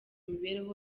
imibereho